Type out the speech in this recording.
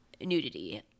nudity